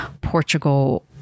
Portugal